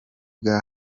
bwa